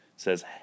says